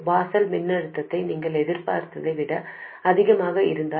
வாசல் மின்னழுத்தம் நீங்கள் எதிர்பார்த்ததை விட அதிகமாக இருந்தால்